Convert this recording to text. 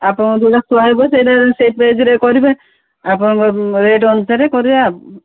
ଆପଣ ଯୋଉଟା ସୁହାଇବ ସେଇଟା ସେଇ ପେଜ୍ରେ କରିବେ ଆପଣଙ୍କ ରେଟ୍ ଅନୁସାରେ କରିବେ